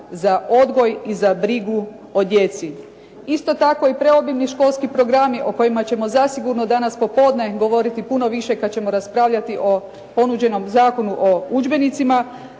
za odgoj i za brigu o djeci. Isto tako i preobimni školski programi o kojima ćemo zasigurno danas popodne govoriti puno više kad ćemo raspravljati o ponuđenom Zakonu o udžbenicima.